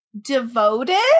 devoted